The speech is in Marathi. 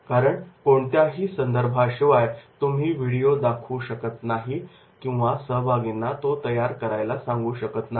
कारण कोणत्याही संदर्भाशिवाय तुम्ही व्हिडिओ दाखवू शकत नाही किंवा सहभागींना तो तयार करायला सांगू शकत नाही